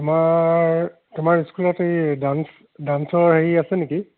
তোমাৰ তোমাৰ স্কুলত এই ডান্স ডান্সৰ হেৰি আছে নেকি